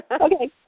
Okay